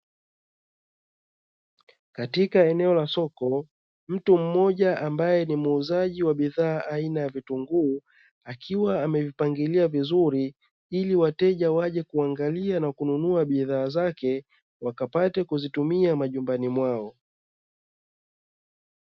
Katika eneo la soko mtu mmoja ambaye ni muuzaji wa bidhaa aina ya vitunguu, akiwa amevipangilia vizuri ili wateja waje kuangalia na kununua bidhaa zake wakapate kuzitumia majumbani mwao.